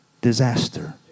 disaster